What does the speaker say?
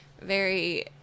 very-